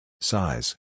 Size